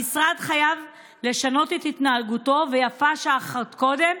המשרד חייב לשנות את התנהגותו, ויפה שעה אחת קודם.